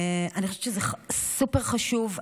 אני חושבת שזה סופר חשוב.